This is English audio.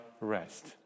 Rest